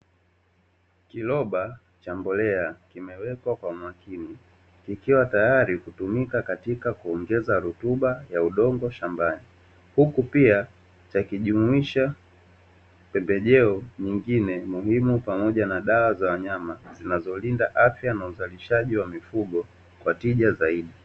Kiroba cha mbolea kimewekwa kwa makini kikiwa tayari kutumika katika kuongeza rutuba ya udongo shambani, huku pia yakijumuisha pembejeo nyingine muhimu pamoja na dawa za wanyama zinazolinda afya na uzalishaji wa mifugo kwa tija zaidi.